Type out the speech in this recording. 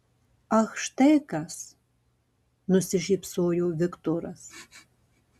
ach štai kas nusišypsojo viktoras